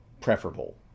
preferable